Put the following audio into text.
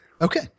Okay